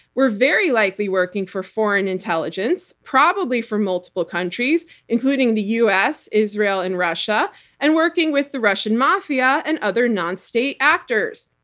were very likely working for foreign intelligence-probably for multiple countries including the us, israel and russia-and and working with the russian mafia and other non-state actors.